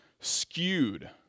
skewed